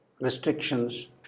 restrictions